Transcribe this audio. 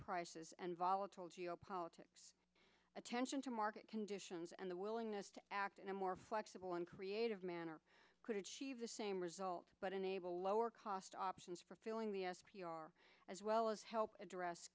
prices and volatile geopolitics attention to market conditions and the willingness to act in a more flexible and creative manner could achieve the same result but enable lower cost options for filling the s p r as well as help address